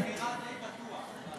אתה נראה די בטוח בעצמך.